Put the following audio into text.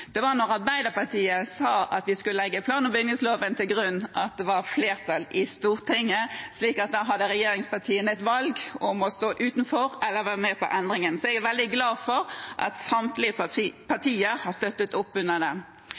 det var flertall i Stortinget. Så da hadde regjeringspartiene valget om å stå utenfor eller være med på endringen, og jeg er veldig glad for at samtlige partier har støttet opp